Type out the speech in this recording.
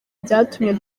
byatumye